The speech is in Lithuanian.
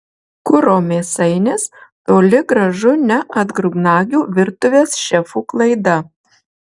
kuro mėsainis toli gražu ne atgrubnagių virtuvės šefų klaida